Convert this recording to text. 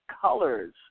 colors